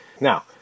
Now